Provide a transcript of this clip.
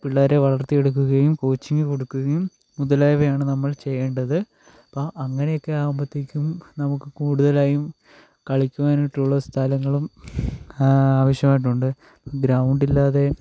പിള്ളേരെ വളർത്തിയെടുക്കുകയും കോച്ചിങ് കൊടുക്കുകയും മുതലായവയാണ് നമ്മൾ ചെയ്യേണ്ടത് അപ്പോൾ അങ്ങനെയൊക്കെ ആകുമ്പോഴത്തേക്കും നമുക്ക് കൂടുതലായും കളിക്കുവാനായിട്ടുള്ള സ്ഥലങ്ങളും ആവശ്യമായിട്ടുണ്ട് ഗ്രൗണ്ട് ഇല്ലാതെ